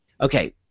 okay